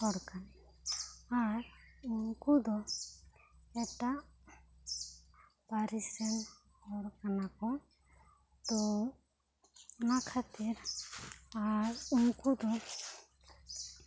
ᱦᱚᱲ ᱠᱟᱹᱱᱟᱹᱧ ᱟᱨ ᱩᱱᱠᱩ ᱫᱚ ᱮᱴᱟᱜ ᱯᱟᱹᱨᱤᱥ ᱨᱮᱱ ᱦᱚᱲ ᱠᱟᱱᱟᱠᱚ ᱛᱚ ᱚᱱᱟ ᱠᱷᱟᱹᱛᱤᱨ ᱟᱨ ᱩᱱᱠᱩᱫᱚ